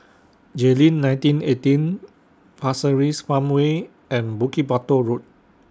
Jayleen nineteen eighteen Pasir Ris Farmway and Bukit Batok Road